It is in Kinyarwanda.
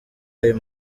aya